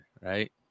right